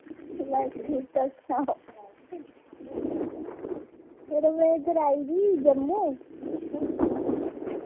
बस ठीक तुस सनाओ यरो में इद्धर आई दी जम्मू